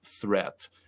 threat